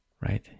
right